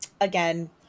again